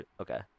Okay